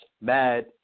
mad